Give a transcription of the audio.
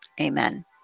Amen